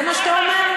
זה מה שאתה אומר?